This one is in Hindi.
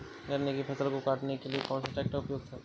गन्ने की फसल को काटने के लिए कौन सा ट्रैक्टर उपयुक्त है?